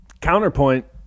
Counterpoint